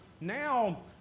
now